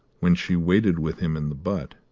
when she waited with him in the butt,